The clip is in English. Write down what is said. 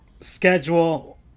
schedule